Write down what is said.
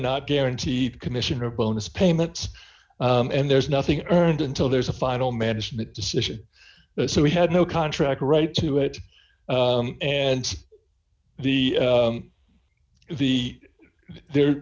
not guaranteed commission or bonus payments and there's nothing earned until there's a final management decision so we had no contract right to it and the the the